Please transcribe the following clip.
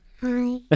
Hi